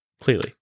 Clearly